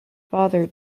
father